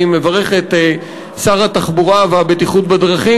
אני מברך את שר התחבורה והבטיחות בדרכים